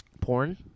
Porn